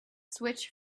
switch